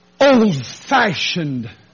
old-fashioned